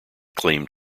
claimed